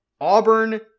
auburn